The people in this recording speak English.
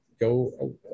go